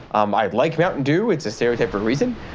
um i like mountain dew. it's a stereotype for a reason.